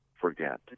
forget